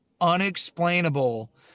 unexplainable